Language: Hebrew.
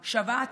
שבץ,